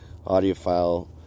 audiophile